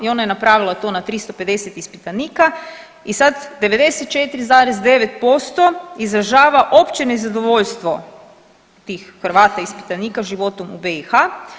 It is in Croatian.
I ona je napravila to na 350 ispitanika i sad 94,9% izražava opće nezadovoljstvo tih Hrvata ispitanika životom u BiH.